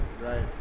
Right